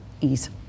ease